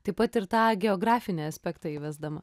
taip pat ir tą geografinį aspektą įvesdama